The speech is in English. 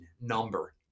number